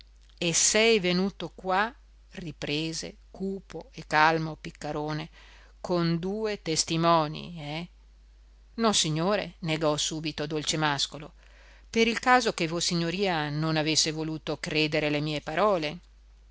e sei venuto qua riprese cupo e calmo piccarone con due testimoni eh nossignore negò subito dolcemàscolo per il caso che vossignoria non avesse voluto credere alle mie parole